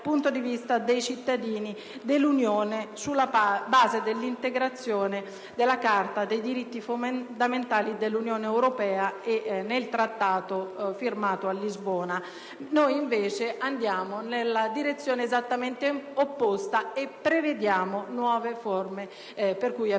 dal punto di vista dei cittadini dell'Unione europea, sulla base dell'integrazione della Carta dei diritti fondamentali dell'Unione europea e del Trattato firmato a Lisbona. Noi, invece, andiamo nella direzione esattamente opposta e prevediamo nuove fattispecie per cui è previsto